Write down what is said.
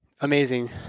Amazing